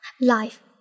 life